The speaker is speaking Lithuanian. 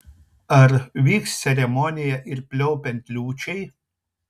ar vyks ceremonija ir pliaupiant liūčiai